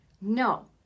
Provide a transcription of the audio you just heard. No